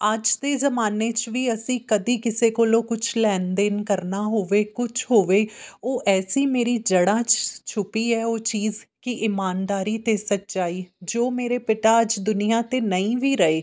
ਅੱਜ ਦੇ ਜ਼ਮਾਨੇ 'ਚ ਵੀ ਅਸੀਂ ਕਦੇ ਕਿਸੇ ਕੋਲੋਂ ਕੁਛ ਲੈਣ ਦੇਣ ਕਰਨਾ ਹੋਵੇ ਕੁਛ ਹੋਵੇ ਉਹ ਐਸੀ ਮੇਰੀ ਜੜ੍ਹਾਂ 'ਚ ਛੁਪੀ ਹੈ ਉਹ ਚੀਜ਼ ਕਿ ਇਮਾਨਦਾਰੀ ਅਤੇ ਸੱਚਾਈ ਜੋ ਮੇਰੇ ਪਿਤਾ ਅੱਜ ਦੁਨੀਆ 'ਤੇ ਨਹੀਂ ਵੀ ਰਹੇ